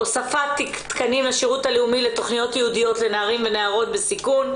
הוספת תקנים לשירות הלאומי לתוכניות ייעודיות לנערים ונערות בסיכון.